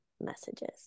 messages